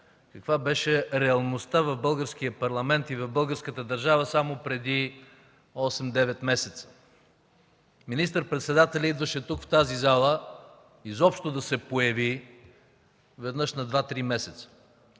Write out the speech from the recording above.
каква беше реалността в Българския парламент и в българската държава само преди 8-9 месеца. Министър-председателят идваше в тази зала, изобщо да се появи веднъж на 2-3 месеца.